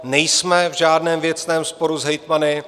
Nejsme v žádném věcném sporu s hejtmany.